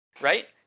right